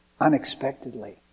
unexpectedly